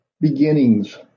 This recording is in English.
beginnings